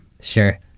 Sure